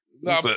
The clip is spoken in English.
No